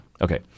Okay